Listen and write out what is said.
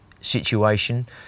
situation